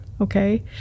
okay